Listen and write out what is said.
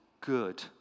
good